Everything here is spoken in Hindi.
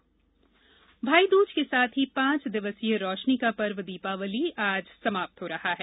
भाईदूज भाई दूज के साथ ही पांच दिवसीय रौशनी का पर्व दीपावली आज समाप्त हो रहा है